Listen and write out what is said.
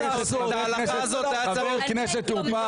את ההלכה הזאת היה צריך --- חבר הכנסת טור פז,